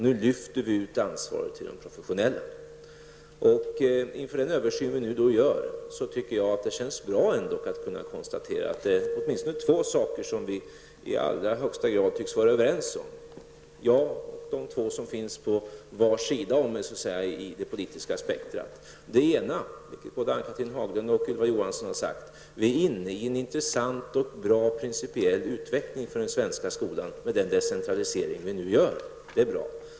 Nu lyfter vi ut ansvaret till de professionella. Inför den översyn som vi nu gör tycker jag ändå att det känns bra att kunna konstatera att det är åtminstone två saker som vi, jag och de två som finns så att säga på var sida av mig i det politiska spektrat, i allra högsta grad tycks vara överens om. Det ena är, vilket både Ann-Cathrine Haglund och Ylva Johansson har sagt, att vi är inne i en intressant och bra principiell utveckling för den svenska skolan i och med den decentralisering som nu sker.